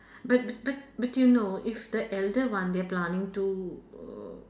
but but but you know if the elder one they're planning to err